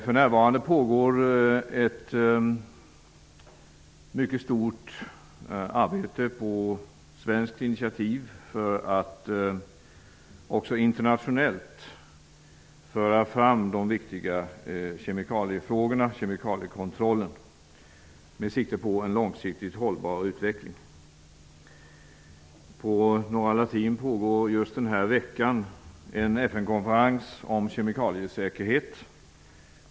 För närvarande pågår ett mycket stort arbete på svenskt initiativ för att också internationellt föra fram de viktiga kemikaliefrågorna och kemikaliekontrollen med sikte på en långsiktigt hållbar utveckling. På Norra Latin pågår just den här veckan en FN konferens om kemikaliesäkerhet.